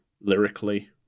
lyrically